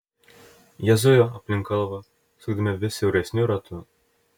jie zujo aplink kalvą sukdami vis siauresniu ratu